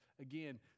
again